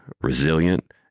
resilient